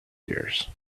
years